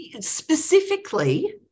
specifically